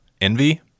Envy